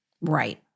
Right